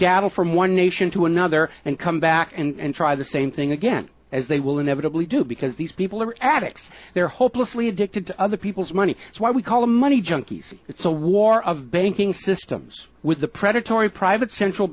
data from one nation to another and come back and try the same thing again as they will inevitably do because these people are addicts they're hopelessly addicted to other people's money it's why we call them money junkies it's a war of banking systems with the predatory private central